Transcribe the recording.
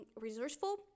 resourceful